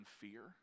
fear